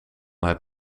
het